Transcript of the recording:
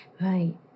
Right